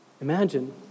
Imagine